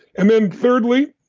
and then thirdly,